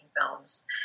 films